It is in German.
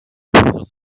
pures